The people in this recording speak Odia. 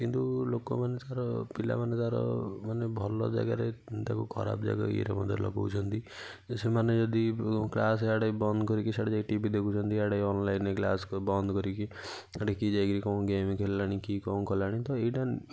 କିନ୍ତୁ ଲୋକମାନେ ଯାର ପିଲାମାନେ ଯାର ମାନେ ଭଲ ଜାଗାରେ ତାକୁ ଖରାପ ଜାଗାରେ ଇଏ ରେ ମଧ୍ୟ ଲଗାଉଛନ୍ତି ଯଦି ସେମାନେ ଯଦି କ୍ଳାସ ଆଡ଼େ ବନ୍ଦ କରିକି ସେଆଡ଼େ ଯାଇକି ଟି ଭି ଦେଖୁଛନ୍ତି ଇଆଡ଼େ ଅନଲାଇନ କ୍ଳାସ ବନ୍ଦ କରିକି ସେଇଠି କିଏ ଯାଇକି କ'ଣ ଗେମ ଖେଳିଲାଣି କି କ'ଣ କଲାଣି ତ ଏଇଟା